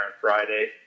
Friday